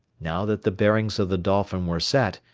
now that the bearings of the dolphin were set,